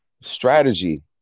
Strategy